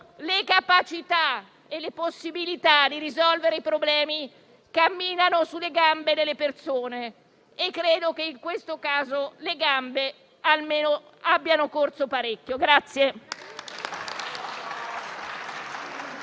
le capacità e le possibilità di risolvere i problemi camminano sulle gambe delle persone. Credo che in questo caso le gambe abbiano corso parecchio.